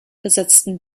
besetzten